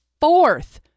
fourth